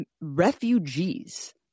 refugees